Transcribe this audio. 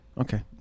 Okay